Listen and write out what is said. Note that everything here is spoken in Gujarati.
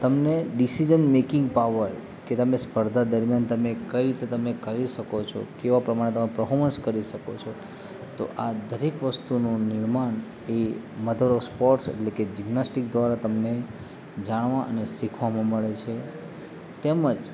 તમને ડીસીજન મેકિંગ પાવર કે તમે સ્પર્ધા દરમિયાન તમે કઈ રીતે તમે કરી શકો છો કેવા પ્રમાણે તમે પરફોર્મન્સ કરી શકો છો તો આ દરેક વસ્તુનું નિર્માણ એ મધર ઓફ સ્પોર્ટ્સ એટલે કે જિમ્નાસ્ટીક દ્વારા તમને જાણવા અને શીખવામાં મળે છે તેમજ